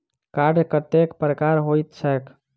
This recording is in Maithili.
कार्ड कतेक प्रकारक होइत छैक?